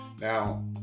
Now